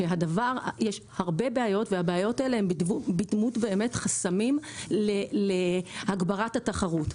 יש הרבה בעיות והבעיות האלה הן בדמות באמת חסמים להגברת התחרות.